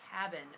Cabin